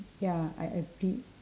ya I agree